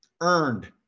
Earned